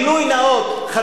גילוי נאות.